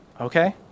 Okay